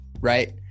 right